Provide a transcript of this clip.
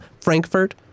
Frankfurt